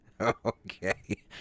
Okay